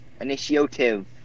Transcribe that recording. Initiative